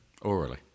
Orally